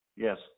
Yes